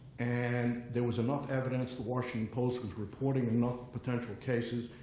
and there was enough evidence, the washington post was reporting enough potential cases,